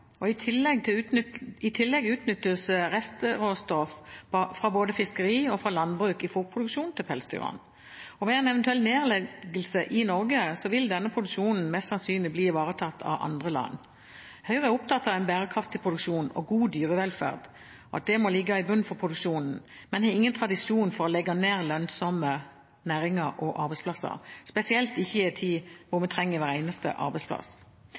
I tillegg utnyttes restråstoff fra både fiskeri og landbruk i fôrproduksjonen til pelsdyrene. Ved en eventuell nedleggelse i Norge vil denne produksjonen mest sannsynlig bli ivaretatt av andre land. Høyre er opptatt av en bærekraftig produksjon og at god dyrevelferd må ligge i bunnen for produksjonen, men vi har ingen tradisjon for å legge ned lønnsomme næringer og arbeidsplasser, spesielt ikke i en tid hvor vi trenger hver eneste arbeidsplass.